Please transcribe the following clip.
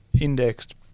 indexed